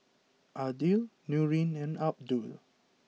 Aidil Nurin and Abdul